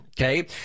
okay